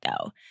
go